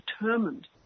determined